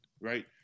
right